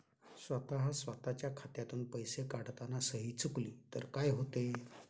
स्वतः स्वतःच्या खात्यातून पैसे काढताना सही चुकली तर काय होते?